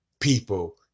people